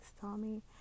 Tommy